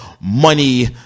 money